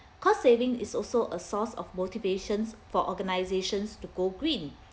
cost saving is also a source of motivations for organisations to go green